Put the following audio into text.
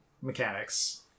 mechanics